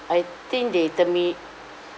I think they termi~